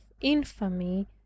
infamy